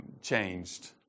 changed